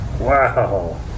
Wow